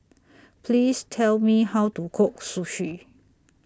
Please Tell Me How to Cook Sushi